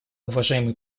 уважаемый